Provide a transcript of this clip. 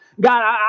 God